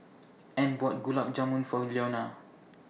Ann bought Gulab Jamun For Leonia